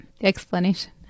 explanation